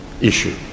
issue